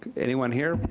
anyone here?